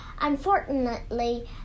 Unfortunately